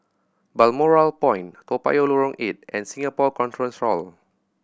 Balmoral Point Toa Payoh Lorong Eight and Singapore Conference Hall